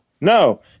No